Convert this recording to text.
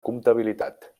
comptabilitat